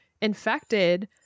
infected